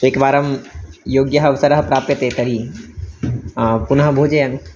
एकवारं योग्यः अवसरः प्राप्यते तर्हि पुनः भोजयामि